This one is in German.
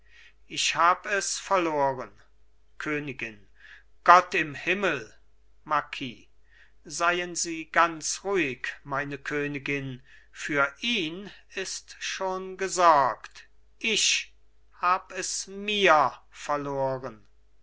ich hab es verloren königin gott im himmel marquis seien sie ganz ruhig meine königin für ihn ist schon gesorgt ich hab es mir verloren